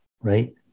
right